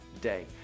day